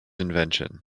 invention